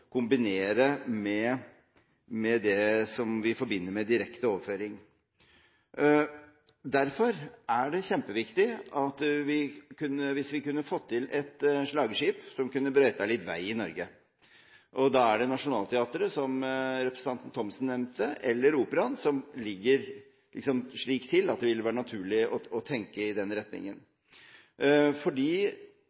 kombinere med det som vi forbinder med direkte overføring. Derfor hadde det vært kjempeviktig å få til et «slagskip», som kunne brøytet litt vei i Norge. Da er det Nationaltheatret, som representanten Thomsen nevnte, eller Operaen som ligger slik til at det ville vært naturlig å tenke i den retningen.